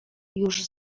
już